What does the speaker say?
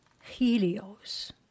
Helios